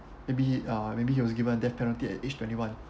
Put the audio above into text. maybe uh maybe he was given death penalty at age twenty one